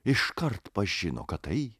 iškart pažino kad tai